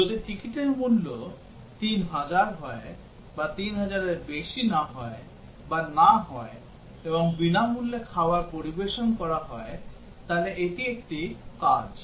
যদি টিকিটের মূল্য 3000 হয় বা 3000 এর বেশি না হয় বা না হয় এবং বিনামূল্যে খাবার পরিবেশন করা হয় তাহলে এটি একটি কাজ